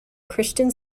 christian